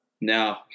No